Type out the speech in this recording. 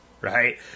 right